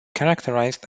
characterized